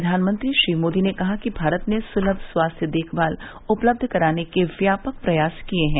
प्रधानमंत्री श्री मोदी ने कहा कि भारत ने सुलभ स्वास्थ्य देखभाल उपलब्ध कराने के व्यापक प्रयास किए है